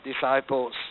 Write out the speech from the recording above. disciples